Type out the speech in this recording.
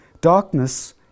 Darkness